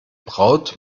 braut